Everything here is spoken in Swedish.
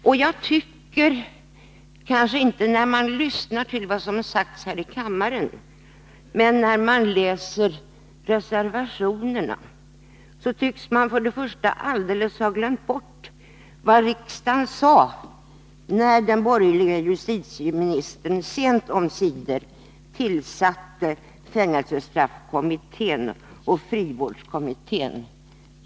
Det förefaller — kanske inte av debatten men av den aktuella reservationen —-som om de borgerliga alldeles har glömt bort vad riksdagen uttalade när den borgerliga justitieministern sent omsider tillsatte fängelsestraffkommittén och frivårdskommittén.